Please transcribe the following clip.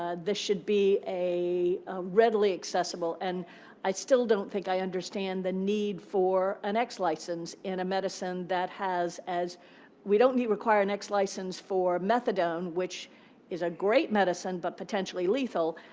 ah this should be a readily accessible. and i still don't think i understand the need for an x license in a medicine that has as we don't require an x license for methadone, which is a great medicine, but potentially lethal.